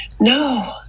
No